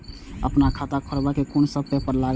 हमरा खाता खोलाबई में कुन सब पेपर लागत?